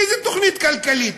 איזו תוכנית כלכלית?